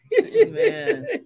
Amen